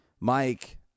Mike